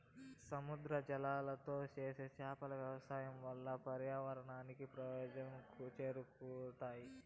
సముద్ర జలాలతో చేసే చేపల వ్యవసాయం వల్ల పర్యావరణానికి ప్రయోజనం చేకూరుతాది